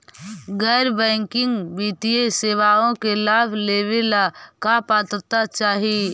गैर बैंकिंग वित्तीय सेवाओं के लाभ लेवेला का पात्रता चाही?